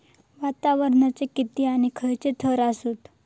वातावरणाचे किती आणि खैयचे थर आसत?